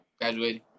graduating